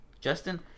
Justin